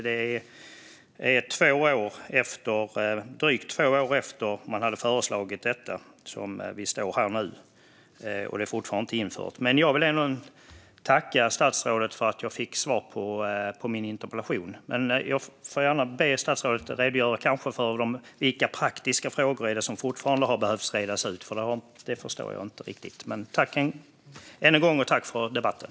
Drygt två år efter förslaget står vi här, och det är fortfarande inte infört. Jag vill tacka statsrådet för svaret på min interpellation, men eftersom jag inte riktigt förstår vilka praktiska frågor som återstår att reda ut ber jag statsrådet att redogöra för det. Tack för debatten!